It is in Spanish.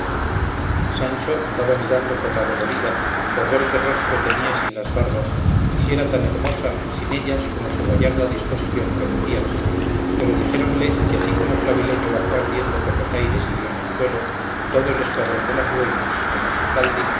sancho andaba mirando por la dolorida por ver qué rostro tenía sin las barbas y si era tan hermosa sin ellas como su gallarda disposición prometía pero dijéronle que así como clavileño bajó ardiendo por los aires y dio en el suelo todo el escuadrón de las dueñas con la